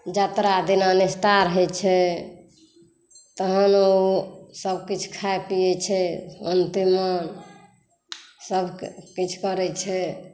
जतरा दिना निस्तार होइ छै तहन सबकिछु खाय पियै छै अन्तिममे सबकिछु करै छै